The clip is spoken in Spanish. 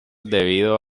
debido